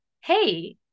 Hey